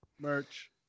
merch